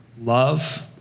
love